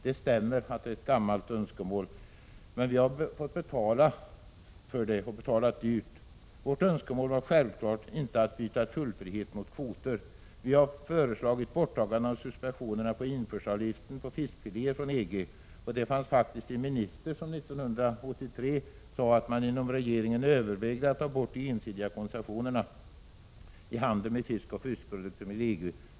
Det stämmer att det är ett gammalt önskemål, men vi har fått betala det dyrt. Vårt önskemål var självfallet inte att byta tullfrihet mot kvoter. Vi har föreslagit att man skulle ta bort subventionerna på införselavgiften på fiskfiléer från EG, och det fanns faktiskt en minister som 1983 sade att man inom regeringen övervägde att ta bort de ensidiga koncessionerna i handeln med fisk och fiskprodukter med EG.